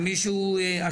למי שהוא עשיר,